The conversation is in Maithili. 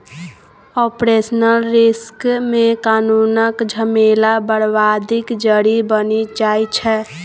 आपरेशनल रिस्क मे कानुनक झमेला बरबादीक जरि बनि जाइ छै